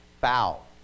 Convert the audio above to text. foul